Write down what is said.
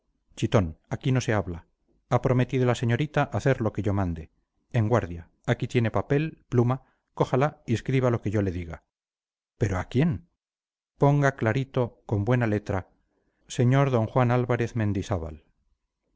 aquí no se habla ha prometido la señorita hacer lo que yo mande en guardia aquí tiene papel pluma cójala y escriba lo que yo le diga pero a quién ponga clarito con buena letra señor d juan álvarez mendizábal